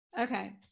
Okay